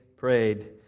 prayed